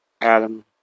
Adam